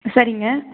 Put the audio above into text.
சரிங்க